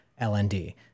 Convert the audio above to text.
LND